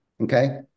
okay